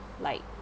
like